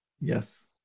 Yes